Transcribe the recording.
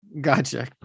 Gotcha